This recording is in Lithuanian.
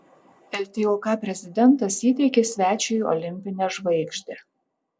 ltok prezidentas įteikė svečiui olimpinę žvaigždę